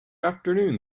afternoon